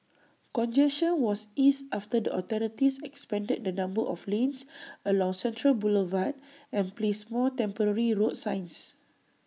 congestion was eased after the authorities expanded the number of lanes along central Boulevard and placed more temporary road signs